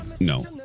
No